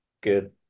good